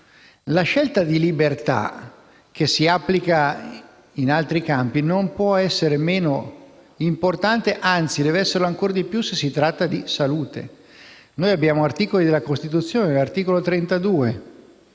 La scelta di libertà che si applica in altri campi non può essere meno importante; anzi, deve esserlo ancora di più se si tratta di salute. L'articolo 32 della Costituzione indirizza